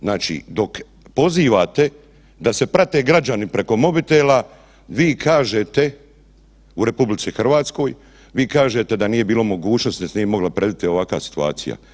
Znači dok pozivate da se prate građani preko mobitela, vi kažete u RH, vi kažete da nije bilo mogućnosti da se nije mogla predvidjeti ovakva situacija.